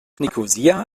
nikosia